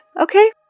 okay